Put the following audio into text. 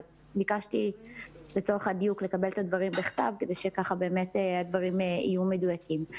ביקשתי לצורך הדיוק לקבל את הדברים בכתב כדי שהדברים יהיו מדויקים.